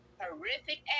horrific